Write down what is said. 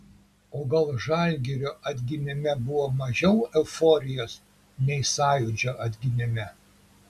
o gal žalgirio atgimime buvo mažiau euforijos nei sąjūdžio atgimime